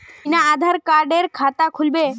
बिना आधार कार्डेर खाता खुल बे?